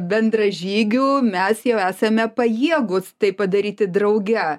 bendražygių mes jau esame pajėgūs tai padaryti drauge